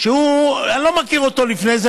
אני לא מכיר אותו מלפני זה,